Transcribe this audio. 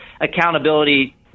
accountability